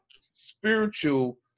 spiritual